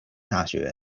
大学